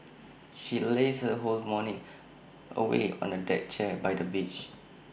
she lazed her whole morning away on A deck chair by the beach